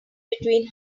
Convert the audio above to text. between